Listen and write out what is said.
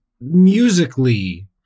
musically